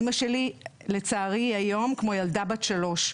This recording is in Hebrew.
אימא שלי לצערי היום כמו ילדה בת שלוש.